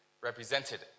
represented